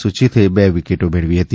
સુચીથે બે વિકેટો મેળવી હતી